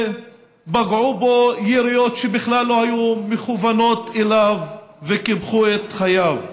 ופגעו בו יריות שבכלל לא היו מכוונות אליו וקיפחו את חייו,